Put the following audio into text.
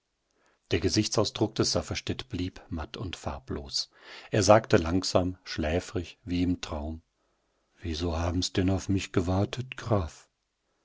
der gesichtsausdruck des safferstätt blieb matt und farblos er sagte langsam schläfrig wie im traum wieso haben's denn auf mich gewartet graf